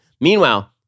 Meanwhile